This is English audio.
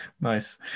Nice